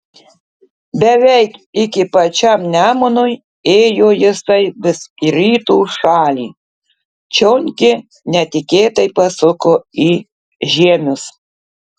beveik iki pačiam nemunui ėjo jisai vis į rytų šalį čion gi netikėtai pasuko į žiemius